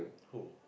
who